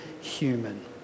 human